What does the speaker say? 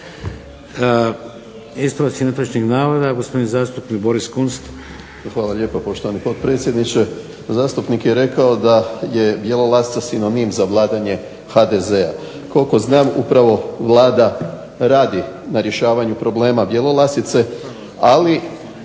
Ispravci netočnih navoda, gospodin zastupnik Boris Kunst. **Kunst, Boris (HDZ)** Hvala lijepo poštovani potpredsjedniče. Zastupnik je rekao da je Bjelolasica sinonim za vladanje HDZ-a. koliko znam upravo Vlada radi na rješavanju problema Bjelolasice ali